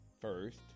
First